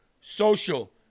social